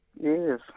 Yes